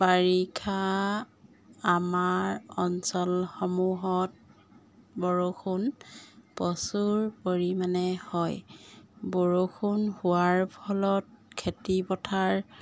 বাৰিষা আমাৰ অঞ্চলসমূহত বৰষুণ প্ৰচুৰ পৰিমাণে হয় বৰষুণ হোৱাৰ ফলত খেতিপথাৰ